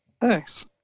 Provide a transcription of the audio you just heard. thanks